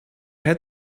had